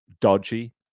dodgy